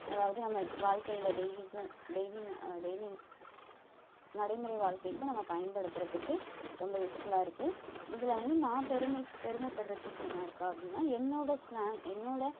அதாவது நம்ம வாழ்க்கையில டெய்லிக்கும் டெய்லி டெய்லி நடைமுறை வாழ்க்கைக்கும் நம்ம பயன்படுத்துறத்துக்கு ரொம்ப யூஸ்ஃபுல்லாக இருக்குது இதில் வந்து நான் பெருமை பெருமைப்படுறதுக்கு என்ன இருக்குது அப்படீன்னா என்னோடய ஸ்லாங் என்னோடய